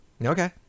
Okay